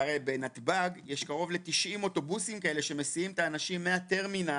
הרי בנתב"ג יש קרוב ל-90 אוטובוסים כאלה שמסיעים את האנשים מהטרמינל.